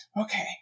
Okay